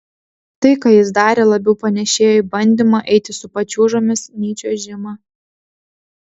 tai ką jis darė labiau panėšėjo į bandymą eiti su pačiūžomis nei čiuožimą